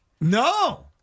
No